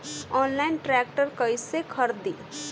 Online tractor कैसे खरदी?